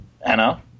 Anna